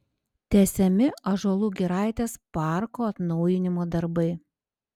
tęsiami ąžuolų giraitės parko atnaujinimo darbai